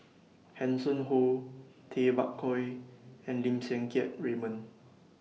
Hanson Ho Tay Bak Koi and Lim Siang Keat Raymond